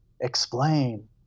explain